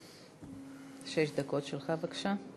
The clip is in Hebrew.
שש דקות שלך, בבקשה.